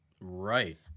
right